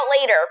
later